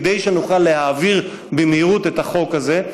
כדי שנוכל להעביר במהירות את החוק הזה.